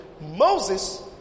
Moses